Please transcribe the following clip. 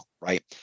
right